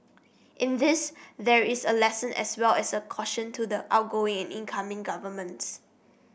in this there is a lesson as well as a caution to the outgoing incoming governments